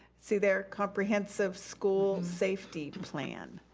see there comprehensive school safety plan.